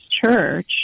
church